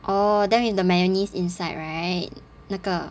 oh then with the mayonnaise inside right 那个